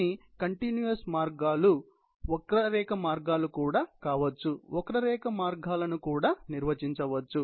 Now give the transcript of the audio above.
కొన్ని కంటిన్యూయస్ మార్గాలు వక్ర రేఖ మార్గాలు కూడా కావచ్చు వక్ర రేఖ మార్గాలను కూడా నిర్వచించవచ్చు